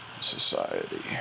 society